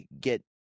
get